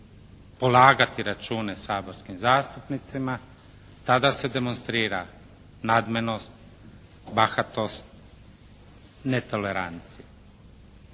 polagati račune saborskim zastupnicima tada se demonstrira nadmenost, bahatost, netolerancija.